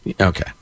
Okay